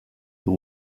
the